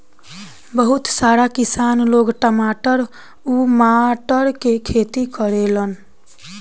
बहुत सारा किसान लोग टमाटर उमाटर के खेती करेलन